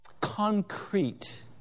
concrete